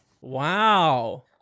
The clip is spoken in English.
Wow